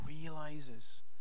realizes